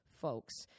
folks